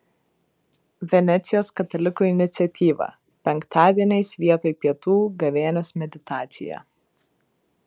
venecijos katalikų iniciatyva penktadieniais vietoj pietų gavėnios meditacija